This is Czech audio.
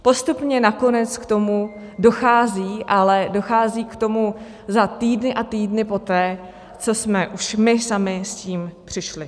Postupně nakonec k tomu dochází, ale dochází k tomu za týdny a týdny poté, co jsme už my sami s tím přišli.